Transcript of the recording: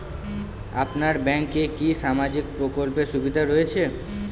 আপনার ব্যাংকে কি সামাজিক প্রকল্পের সুবিধা রয়েছে?